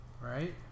Right